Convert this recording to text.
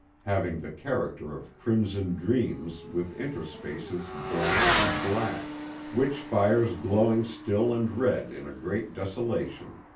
having the character of crimson dreams with interspaces blank and black witch-fires glowing still and red in a great desolation.